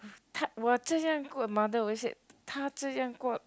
他我志向 mother always said 他志向国